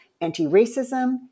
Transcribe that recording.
anti-racism